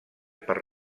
per